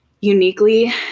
uniquely